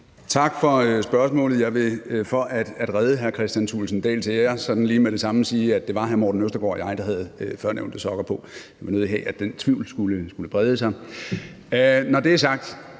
Tak for spørgsmålet. Jeg vil for at redde hr. Kristian Thulesen Dahls ære sådan lige med det samme sige, at det var hr. Morten Østergaard og mig, der havde førnævnte sokker på. Jeg vil nødig have, at den tvivl skulle brede sig. Når det er sagt,